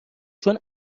چون